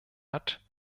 hat